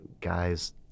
guys